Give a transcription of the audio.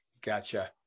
Gotcha